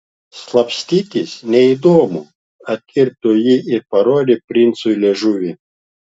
slapstytis neįdomu atkirto ji ir parodė princui liežuvį